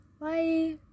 Bye